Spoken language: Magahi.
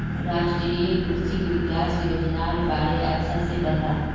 राष्ट्रीय कृषि विकास योजनार बारे अच्छा से बता